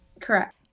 Correct